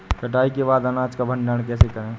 कटाई के बाद अनाज का भंडारण कैसे करें?